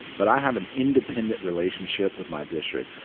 but i have an independent relationship with my district.